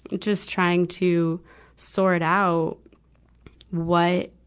just trying to sort out what,